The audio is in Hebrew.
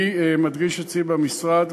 אני מדגיש אצלי במשרד,